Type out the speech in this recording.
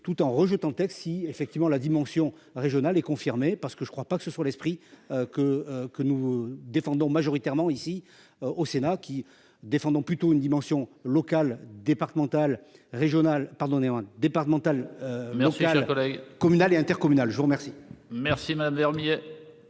tout en rejetant si effectivement la dimension régionale est confirmée. Parce que je ne crois pas que ce soit l'esprit que que nous défendons majoritairement ici au Sénat, qui défendons plutôt une dimension locales, départementales, régionales pardonnez départemental. Mais aussi à leurs collègues. Communal et intercommunal. Je vous remercie. Merci ma dernier.